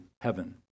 heaven